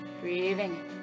Breathing